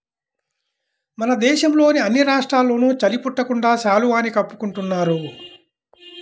మన దేశంలోని అన్ని రాష్ట్రాల్లోనూ చలి పుట్టకుండా శాలువాని కప్పుకుంటున్నారు